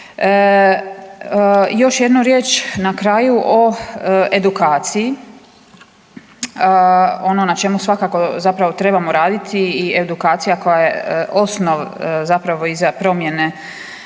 Još jednu riječ na kraju o edukaciji ono na čemu svakako zapravo trebamo raditi i edukacija koja je osnov za promjene